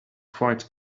quite